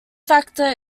factor